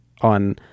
on